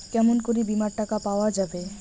কেমন করি বীমার টাকা পাওয়া যাবে?